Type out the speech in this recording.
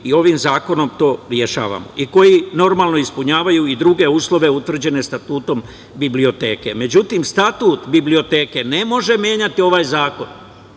i ovim zakonom to rešavamo, i koji normalno ispunjavaju druge uslove utvrđene statutom biblioteke. Međutim, statut biblioteke ne može menjati ovaj zakon,